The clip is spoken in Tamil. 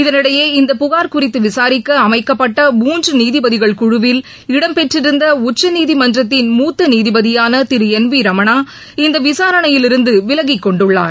இதனிடையே இந்த புகார் குறித்துவிசாரிக்கஅமைக்கப்பட்ட முன்றுநீதிபதிகள் குழுவில் இடம்பெற்றிருந்தஉச்சநீதிமன்றத்தின் முத்தநீதிபதியானதிருஎன் விரமணா இந்தவிசாரணையிலிருந்துவிலகிக் கொண்டுள்ளார்